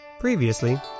previously